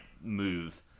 move